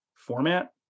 format